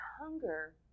hunger